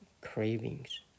cravings